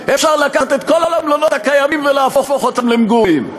אפשר לקחת את כל המלונות הקיימים ולהפוך אותם למגורים.